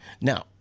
now